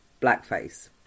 blackface